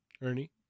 Ernie